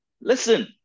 listen